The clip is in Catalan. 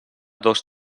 dos